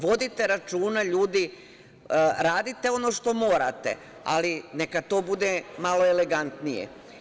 Vodite računa ljudi, radite ono što morate, ali neka to bude malo elegantnije.